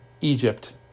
Egypt